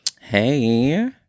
Hey